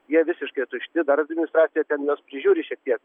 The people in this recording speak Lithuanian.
jie visiškai tušti dar administracija ten juos prižiūri šiek tiek